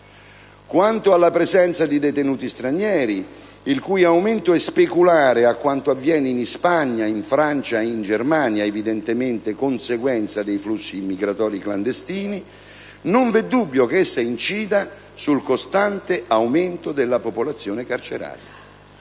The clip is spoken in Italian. Quanto alla presenza di detenuti stranieri, il cui aumento è speculare a quanto avviene in Spagna, Francia e Germania, evidentemente conseguenza dei flussi immigratori clandestini, non v'è dubbio che essa incida sul costante aumento della popolazione carceraria.